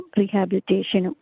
rehabilitation